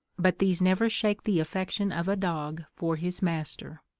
but these never shake the affection of a dog for his master.